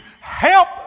help